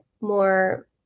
more